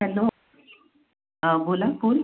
hello हा बोला कोण